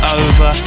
over